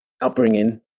upbringing